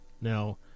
Now